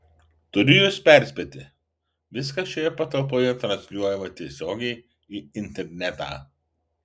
turiu jus perspėti viskas šioje patalpoje transliuojama tiesiogiai į internetą